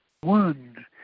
one